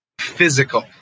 Physical